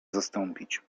zastąpić